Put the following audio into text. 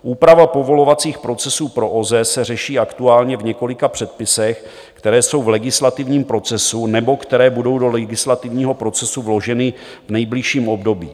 Úprava povolovacích procesů pro OZE se řeší aktuálně v několika předpisech, které jsou v legislativním procesu nebo které budou do legislativního procesu vloženy v nejbližším období.